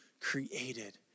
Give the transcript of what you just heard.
created